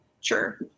Sure